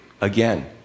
Again